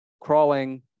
crawling